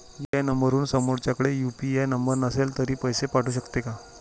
UPI नंबरवरून समोरच्याकडे UPI number नसेल तरी पैसे पाठवू शकते का?